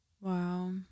Wow